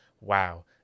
wow